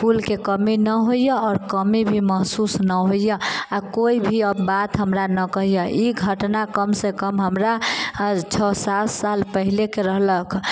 के कमी नहि होइया आओर कमी भी महसूस नहि होइया आ केओ भी अब बात हमरा नहि कहैया ई घटना कमसँ कम हमरा छओ सात साल पहिलेके रहलक